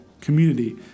community